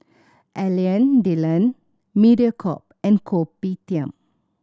Alain Delon Mediacorp and Kopitiam